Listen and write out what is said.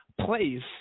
place